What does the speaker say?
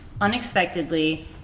unexpectedly